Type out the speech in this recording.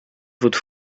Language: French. votre